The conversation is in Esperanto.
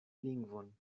lingvon